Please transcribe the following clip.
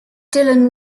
dillon